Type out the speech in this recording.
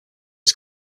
his